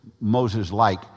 Moses-like